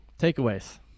takeaways